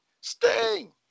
Sting